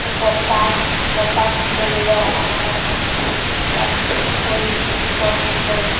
বতাহ বতাহ বলিলে আমাৰ মনটো বা শৰীৰটো শীতল হৈ পৰে